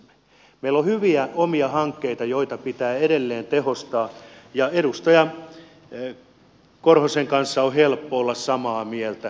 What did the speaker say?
meillä on hyviä omia hankkeita joita pitää edelleen tehostaa ja edustaja korhosen kanssa on helppo olla samaa mieltä